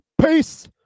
Peace